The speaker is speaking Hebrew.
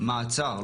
ממעצר.